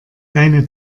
deine